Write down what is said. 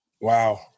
Wow